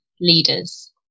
leaders